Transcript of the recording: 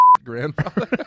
Grandfather